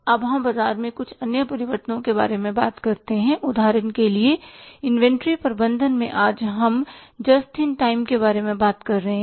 अब हम बाजार में कुछ अन्य परिवर्तनों के बारे में बात करते हैं उदाहरण के लिए इन्वेंट्री प्रबंधन में आज हम जस्ट इन टाइम बारे में बात कर रहे हैं